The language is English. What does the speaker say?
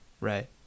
Right